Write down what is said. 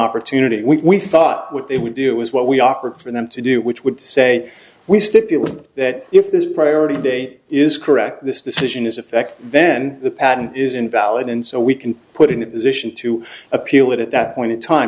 opportunity and we thought what they would do is what we offered for them to do which would say we stipulate that if this priority date is correct this decision is effect then the patent is invalid and so we can put in a position to appeal it at that point in time